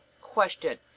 Question